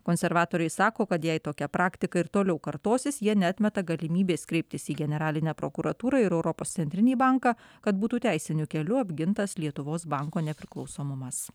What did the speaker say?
konservatoriai sako kad jei tokia praktika ir toliau kartosis jie neatmeta galimybės kreiptis į generalinę prokuratūrą ir europos centrinį banką kad būtų teisiniu keliu apgintas lietuvos banko nepriklausomumas